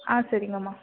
ஆ சரிங்கம்மா